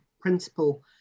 principle